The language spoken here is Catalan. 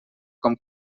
com